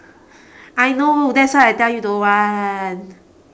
I know that's why I tell you don't want